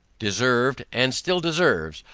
deserved, and still deserves,